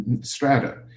strata